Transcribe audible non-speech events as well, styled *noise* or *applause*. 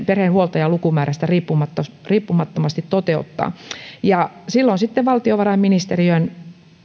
*unintelligible* perheen huoltajalukumäärästä riippumattomasti toteuttaa silloin sitten valtiovarainministeriöön